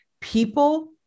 People